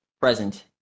Present